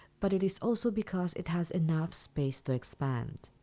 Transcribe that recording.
but it is also because, it has enough space to expand.